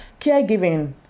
caregiving